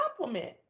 compliment